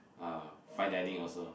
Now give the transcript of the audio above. uh fine dining also